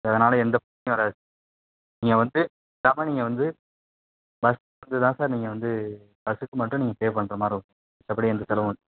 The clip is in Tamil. இதனால் எந்த பிரச்சனையும் வராது சார் நீங்கள் வந்து பேசாமல் வந்து நீங்கள் வந்து பஸ்ஸுக்கு தான் சார் நீங்கள் வந்து பஸ்ஸுக்கு மட்டும் நீங்கள் பே பண்ணுற மாதிரி இருக்கும் மற்றபடி எந்த செலவும் இல்லை